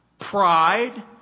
Pride